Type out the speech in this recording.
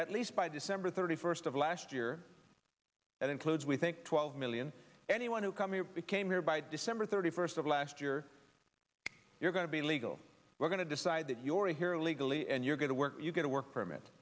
at least by december thirty first of last year that includes we think twelve million anyone who come here became here by december thirty first of last year you're going to be legal we're going to decide that you're here illegally and you're going to work you get a work permit